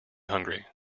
hungry